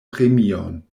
premion